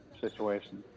situation